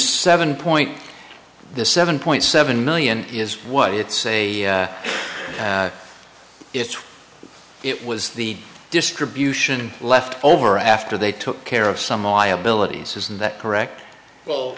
seven point the seven point seven million is what it say if it was the distribution left over after they took care of some liabilities isn't that correct